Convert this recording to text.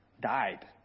died